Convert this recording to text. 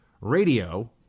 radio